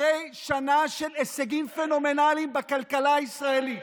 אחרי שנה של הישגים פנומנליים בכלכלה הישראלית,